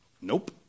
nope